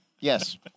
Yes